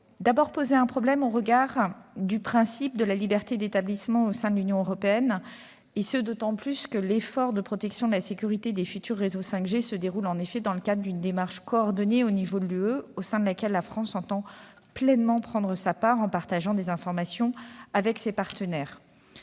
également poser un problème au regard du principe de la liberté d'établissement au sein de l'Union européenne, d'autant plus que l'effort de protection de la sécurité des futurs réseaux 5G se déroule dans le cadre d'une démarche coordonnée à l'échelon de l'Union européenne, au sein de laquelle la France entend pleinement prendre sa part en partageant des informations avec ses partenaires.